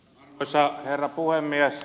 arvoisa herra puhemies